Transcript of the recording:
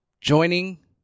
Joining